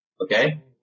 Okay